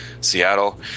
Seattle